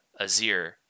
Azir